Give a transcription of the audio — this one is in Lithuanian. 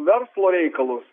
verslo reikalus